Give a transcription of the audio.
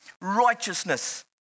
righteousness